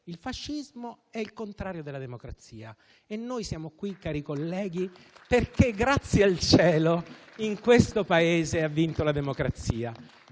il fascismo è il contrario della democrazia e noi siamo qui, cari colleghi, perché, grazie al cielo, in questo Paese ha vinto la democrazia.